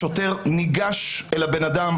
השוטר ניגש אל הבן אדם,